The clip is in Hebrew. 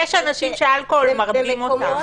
יש אנשים שאלכוהול מרדים אותם.